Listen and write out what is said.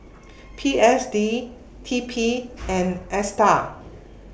P S D T P and ASTAR